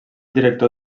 director